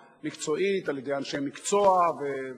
מטפלת במציאות חדשה שנוצרה בזירה הציבורית ויש להתייחס אליה,